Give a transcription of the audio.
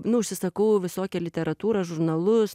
nu užsisakau visokią literatūrą žurnalus